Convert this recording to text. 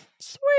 Sweet